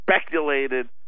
speculated